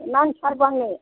नांथारगौ आंनो